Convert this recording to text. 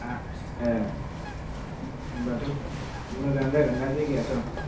हा ए होनबाथ' मोजाङानो जागोनना जायगायाथ'